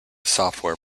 software